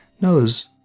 knows